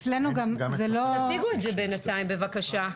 תשיגו את זה בינתיים, בבקשה.